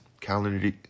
calendar